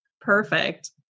Perfect